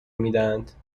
میدهند